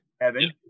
Evan